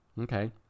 Okay